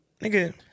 nigga